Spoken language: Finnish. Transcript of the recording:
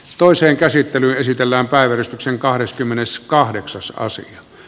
toiseen käsittelyyn esitellään päivystyksen keskeytetään